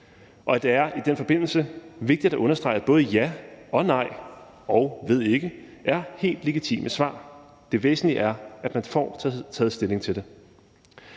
emne. Det er i den forbindelse vigtigt at understrege, at både ja, nej og ved ikke er helt legitime svar. Det væsentlige er, at man får taget stilling til det.